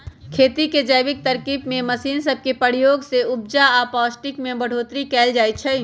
खेती के जैविक तरकिब में मशीन सब के प्रयोग से उपजा आऽ पौष्टिक में बढ़ोतरी कएल जाइ छइ